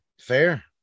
Fair